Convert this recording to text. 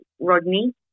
Rodney